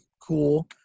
cool